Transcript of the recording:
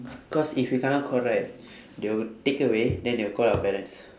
cause if you kena caught right they will take away then they'll call our parents